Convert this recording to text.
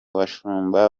bashumba